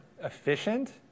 efficient